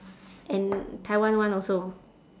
and taiwan one also